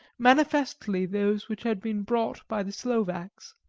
manifestly those which had been brought by the slovaks.